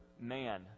Man